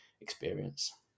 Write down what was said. experience